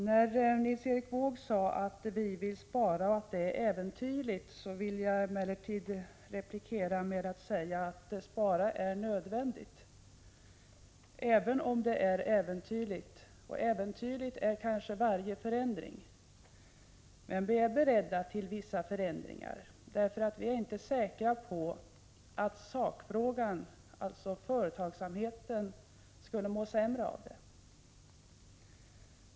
När Nils Erik Wååg sade att vi vill spara och att det är äventyrligt, vill jag emellertid replikera med att säga att spara är nödvändigt, även om det är äventyrligt. Äventyrlig är kanske varje förändring, men vi är beredda till vissa förändringar, för vi är inte säkra på att sakfrågan, alltså företagsamheten, skulle må sämre av det.